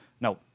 No